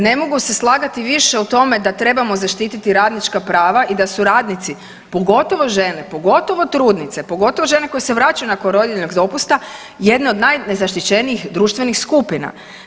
Ne mogu se slagati više u tome da trebamo zaštiti radnička prava i da su radnici, pogotovo žene, pogotovo trudnice, pogotovo žene koje se vraćaju nakon rodiljnog dopusta jedne od najnezaštićenijih društvenih skupina.